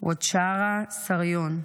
וואטצ'רה סריון,